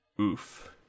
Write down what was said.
Oof